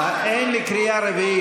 אין לי קריאה רביעית.